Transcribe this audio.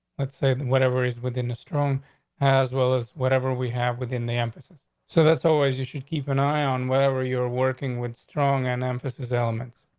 let's say whatever is within the strong as well as whatever we have within the emphasis. so that's always you should keep an eye on whatever you're working with strong and emphasis elements.